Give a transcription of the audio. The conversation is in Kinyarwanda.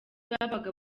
babaga